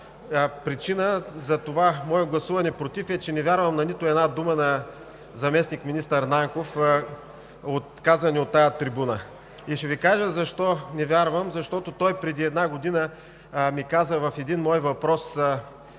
причина за това мое гласуване „против“ е, че не вярвам на нито една дума на заместник-министър Нанков, казана от тази трибуна. И ще Ви кажа защо не вярвам, защото той преди една година на един мой въпрос